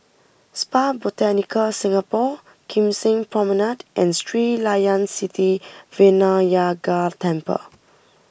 Spa Botanica Singapore Kim Seng Promenade and Sri Layan Sithi Vinayagar Temple